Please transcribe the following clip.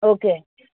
okay